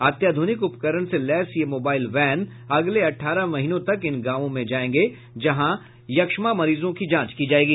अत्याध्रनिक उपकरण से लैस यह मोबाईल वेन अगले अठारह महीनों तक इन गांवों में जायेगी जहां यक्ष्मा मरीजों की जांच की जायेगी